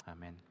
Amen